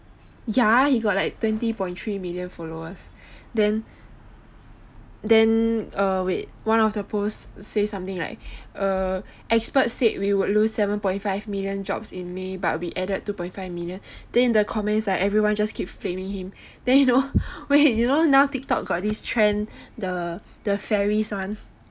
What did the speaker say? ya he got like twenty point three million followers then err wait then one of the post say something like err expert said we would lose seven point five millions in may but we added two point five million then comments like everyone just keep flaming him then wait you know now Tik Tok got this trend the the fairies [one]